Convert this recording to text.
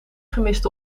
gemiste